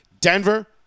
Denver